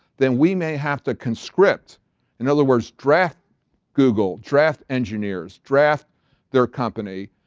then we may have to constrict, in other words. draft google, draft engineers, draft their company,